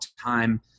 time